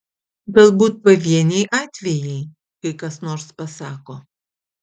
galbūt pavieniai atvejai kai kas nors pasako